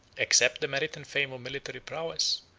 except the merit and fame of military prowess,